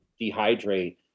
dehydrate